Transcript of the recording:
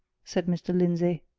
said mr. lindsey.